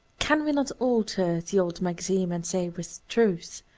can we not alter the old maxim, and say with truth,